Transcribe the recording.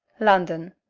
london.